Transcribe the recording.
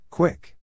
Quick